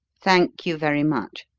thank you very much.